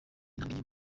intambwe